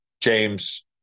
James